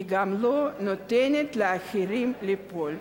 היא גם לא נותנת לאחרים לפעול.